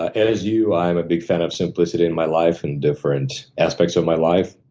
as you, i am a big fan of simplicity in my life, and different aspects of my life.